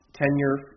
tenure